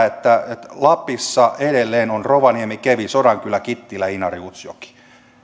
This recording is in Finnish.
että lapissa edelleen ovat rovaniemi kemi sodankylä kittilä inari utsjoki on